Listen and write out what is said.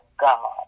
God